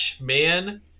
Man